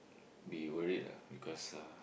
be worried lah because uh